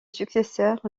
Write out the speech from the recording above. successeurs